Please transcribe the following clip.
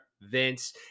Vince